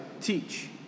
teach